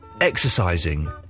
exercising